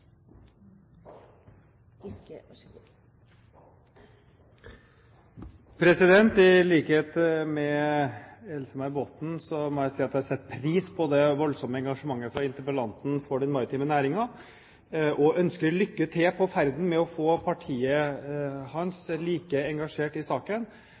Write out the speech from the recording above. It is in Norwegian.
det voldsomme engasjementet fra interpellanten for den maritime næringen og ønsker ham lykke til på ferden med å få partiet sitt like engasjert i denne saken,